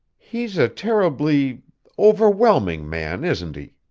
he's a terribly overwhelming man, isn't he?